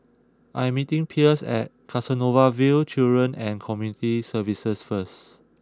I am meeting Pierce at Canossaville Children and Community Services first